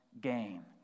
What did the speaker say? gain